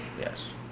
Yes